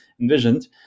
envisioned